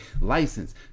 license